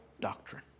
doctrine